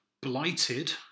blighted